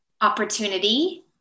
opportunity